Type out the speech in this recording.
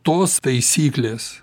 tos taisyklės